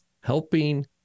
helping